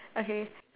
okay